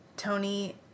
Tony